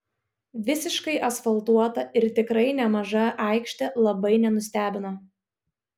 visiškai asfaltuota ir tikrai nemaža aikštė labai nenustebino